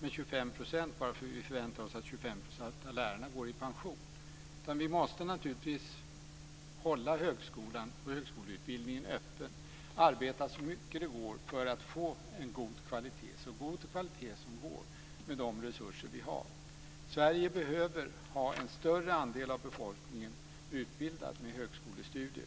med 25 % bara för att vi förväntar oss att 25 % av lärarna går i pension, utan vi måste naturligtvis hålla högskolan och högskoleutbildningen öppen och arbeta så mycket det går för att få en så god kvalitet som det går med de resurser vi har. Sverige behöver ha en större andel av befolkningen utbildad med högskolestudier.